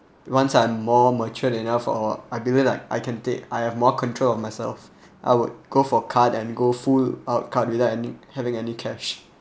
once I'm more matured enough or I believe like I can take I have more control of myself I would go for card and go full out card without any having any cash